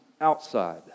outside